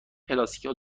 پلاستیکها